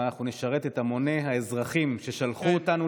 אבל אנחנו נשרת את המוני האזרחים ששלחו אותנו